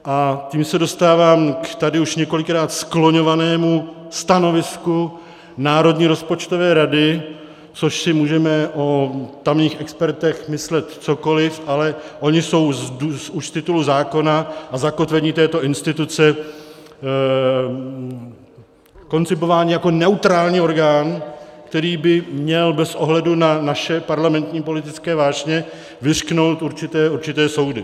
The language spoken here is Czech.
A tím se dostávám k tady už několikrát skloňovanému stanovisku Národní rozpočtové rady, což si můžeme o tamních expertech myslet cokoliv, ale oni jsou už z titulu zákona a zakotvení této instituce koncipováni jako neutrální orgán, který by měl bez ohledu na naše parlamentní politické vášně vyřknout určité soudy.